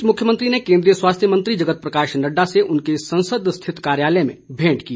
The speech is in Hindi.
इस बीच मुख्यमंत्री ने केन्द्रीय स्वास्थ्य मंत्री जगत प्रकाश नड्डा से उनके संसद स्थित कार्यालय में भेंट की